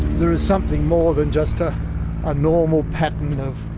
there is something more than just ah a normal pattern of